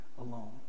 alone